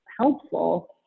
helpful